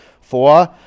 Four